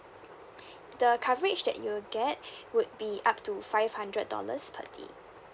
the coverage that you'll get would be up to five hundred dollars per day